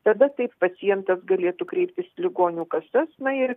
tada taip pacientas galėtų kreiptis į ligonių kasas na ir